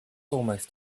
almost